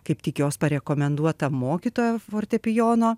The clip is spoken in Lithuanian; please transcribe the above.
kaip tik jos parekomenduota mokytoja fortepijono